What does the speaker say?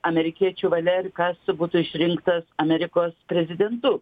amerikiečių valia ir kas būtų išrinktas amerikos prezidentu